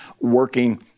working